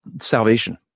salvation